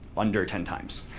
under ten times.